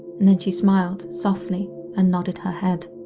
and then she smiled softly and nodded her head.